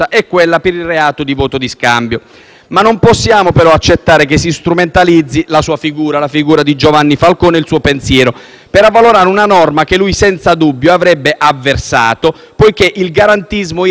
Non possiamo però accettare che si strumentalizzino la sua figura e il suo pensiero per avvalorare una norma che lui, senza dubbio, avrebbe avversato, poiché il garantismo era il suo credo e non perdeva occasione